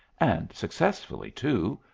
and successfully too,